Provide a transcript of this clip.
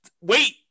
Wait